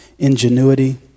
ingenuity